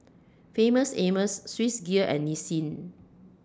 Famous Amos Swissgear and Nissin